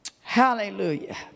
Hallelujah